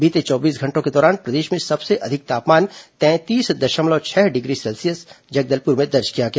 बीते चौबीस घंटों के दौरान प्रदेश में सबसे अधिक तापमान तैंतीस दशमलव छह डिग्री सेल्सियस जगदलपुर में दर्ज किया गया